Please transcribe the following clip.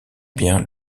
bien